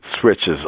switches